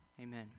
Amen